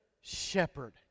shepherd